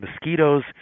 mosquitoes